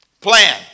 Plan